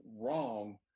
wrong